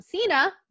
Cena